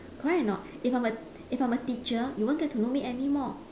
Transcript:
correct or not if I'm a if I'm a teacher you won't get to know me anymore